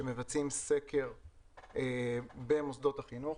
מבצעים סקר במוסדות החינוך.